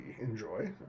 enjoy